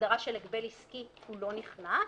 בהגדרה של הגבל עסקי הוא לא נכנס.